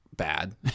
bad